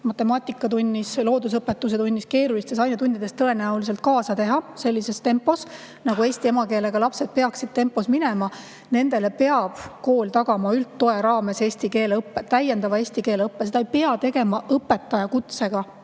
matemaatikatunnis või loodusõpetuse tunnis, üldse keerulistes ainetundides tõenäoliselt kaasa teha sellises tempos, nagu eesti emakeelega lapsed peaksid minema, peab kool tagama üldtoe raames täiendava eesti keele õppe. Seda ei pea tegema õpetajakutsega